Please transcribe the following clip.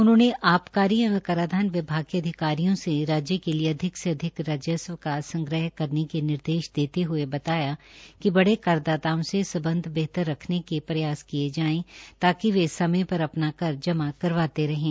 उन्होंने आबकारी एवं कराधान विभाग के अधिकारियों से राज्य के लिए अधिक से अधिक राजस्व का संग्रह करने के निर्देश देते हए बताया कहा कि बड़े करदाताओं से संबंध बेहतर रखने के प्रयास किए जाएं ताकि वे समय पर अपना टैक्स जमा करवाते रहें